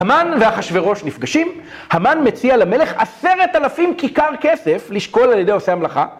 המן ואחשורוש נפגשים, המן מציע למלך עשרת אלפים כיכר כסף לשקול על ידי עושי המלאכה.